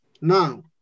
Now